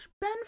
Ben